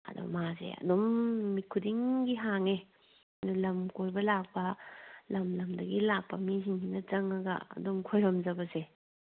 ꯑꯗꯨ ꯃꯥꯁꯦ ꯑꯗꯨꯝ ꯅꯨꯃꯤꯠ ꯈꯨꯗꯤꯡꯒꯤ ꯍꯥꯡꯏ ꯂꯝ ꯀꯣꯏꯕ ꯂꯥꯛꯄ ꯂꯝ ꯂꯝꯗꯒꯤ ꯂꯥꯛꯄ ꯃꯤꯁꯤꯡꯁꯤꯅ ꯆꯪꯂꯒ ꯑꯗꯨꯝ ꯈꯨꯔꯨꯝꯖꯕꯁꯦ